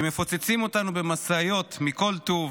שמפוצצים אותנו במשאיות מכל טוב: